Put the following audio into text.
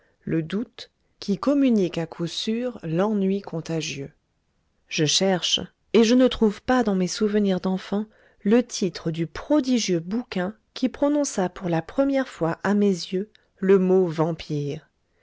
le doute qui communique à coup sûr l'ennui contagieux je cherche et je ne trouve pas dans mes souvenirs d'enfant le titre du prodigieux bouquin qui prononça pour la première fois à mes yeux le mot vampire